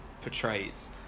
portrays